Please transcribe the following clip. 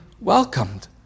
Welcomed